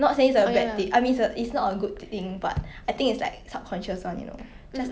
my third wish ah